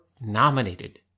nominated